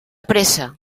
pressa